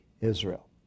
Israel